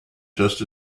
just